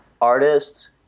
artists